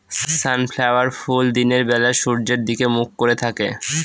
sunflower ফুল দিনের বেলা সূর্যের দিকে মুখ করে থাকে